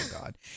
God